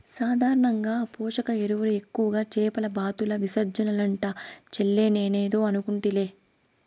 సాధారణంగా పోషక ఎరువులు ఎక్కువగా చేపల బాతుల విసర్జనలంట చెల్లే నేనేదో అనుకుంటిలే